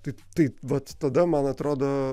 taip tai vat tada man atrodo